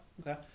okay